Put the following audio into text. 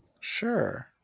Sure